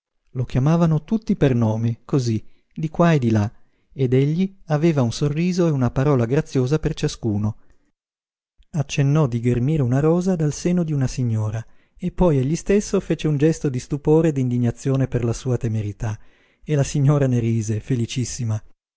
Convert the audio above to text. lo chiamavano tutti per nome cosí di qua e di là ed egli aveva un sorriso e una parola graziosa per ciascuno accennò di ghermire una rosa dal seno d'una signora e poi egli stesso fece un gesto di stupore e d'indignazione per la sua temerità e la signora ne rise felicissima